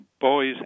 boys